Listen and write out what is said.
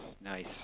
nice